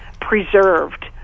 preserved